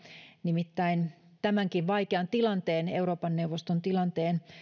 nimittäin tämänkin vaikean euroopan neuvoston tilanteen